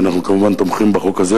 ואנחנו כמובן תומכים בחוק הזה,